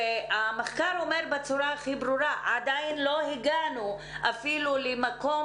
המחקר אומר בצורה הכי ברורה שעדיין לא הגענו אפילו למקום